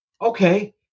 okay